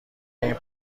این